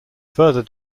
further